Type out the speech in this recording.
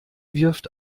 wirft